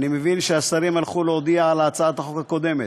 אני מבין שהשרים הלכו להודיע על הצעת החוק הקודמת.